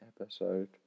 episode